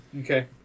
Okay